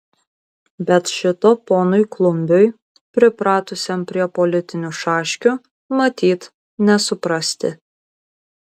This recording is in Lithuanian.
bet šito ponui klumbiui pripratusiam prie politinių šaškių matyt nesuprasti